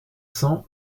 cents